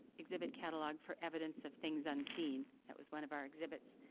exhibit catalog for evidence of things unseen. that was one of our exhibits.